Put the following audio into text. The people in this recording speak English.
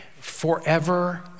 Forever